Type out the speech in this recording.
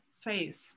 faith